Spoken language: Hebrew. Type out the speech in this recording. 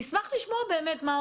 ויש עוד רבים שהם באמת באמת מצוינים